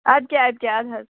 اَدٕ کے اَدٕ کے اَدٕ حظ